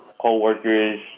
co-workers